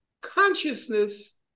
consciousness